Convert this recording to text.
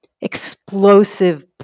explosive